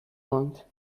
want